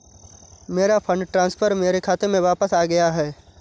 मेरा fund transfer मेरे खाते में वापस आ गया है